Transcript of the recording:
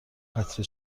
قطره